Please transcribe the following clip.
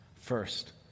first